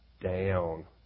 down